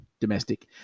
domestic